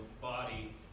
body